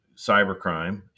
cybercrime